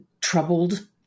troubled